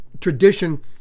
tradition